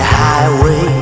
highway